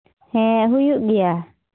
ᱦᱮᱸ ᱦᱩᱭᱩᱜ ᱜᱮᱭᱟ